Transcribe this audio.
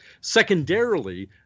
Secondarily